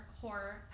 horror